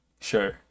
Sure